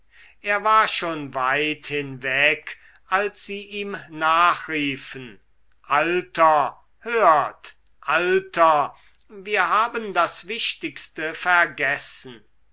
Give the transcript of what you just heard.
er war schon weit hinweg als sie ihm nachriefen alter hört alter wir haben das wichtigste vergessen